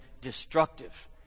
destructive